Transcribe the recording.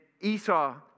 Esau